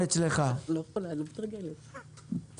העשן וזה אנחנו עדיין צריכים לשכנע ולתקצב.